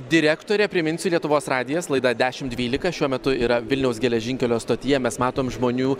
direktorė priminsiu lietuvos radijas laida dešim dvylika šiuo metu yra vilniaus geležinkelio stotyje mes matom žmonių